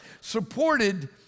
supported